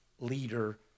leader